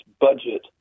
budget